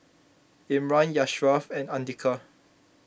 Imran Ashraf and andika